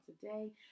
today